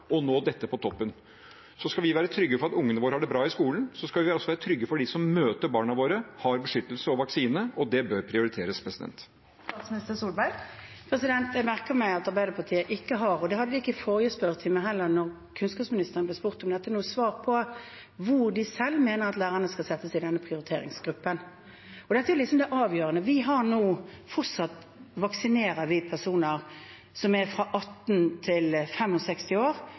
og nå dette på toppen. Skal vi være trygge for at ungene våre har det bra i skolen, må vi også være trygge for at dem som møter barna våre, har beskyttelse og vaksine, og det bør prioriteres. Jeg merker meg at Arbeiderpartiet ikke har – det hadde de ikke i forrige spørretime heller, da kunnskapsministeren ble spurt om dette – noe svar på hvor de selv mener at lærerne skal settes i denne prioriteringsgruppen. Dette er det avgjørende. Vi vaksinerer nå fortsatt personer fra 18 til 65 år med underliggende sykdommer. Det er hovedvaksineringen – pluss at vi nå vaksinerer ned til dem som er over 45 år.